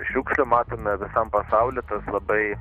šiukšlių matome visam pasauly tas labai